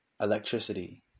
electricity